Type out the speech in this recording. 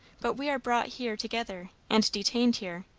but we are brought here together, and detained here,